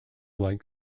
like